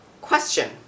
question